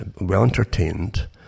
well-entertained